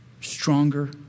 stronger